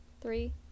Three